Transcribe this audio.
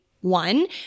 one